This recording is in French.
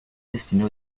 destinés